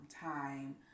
time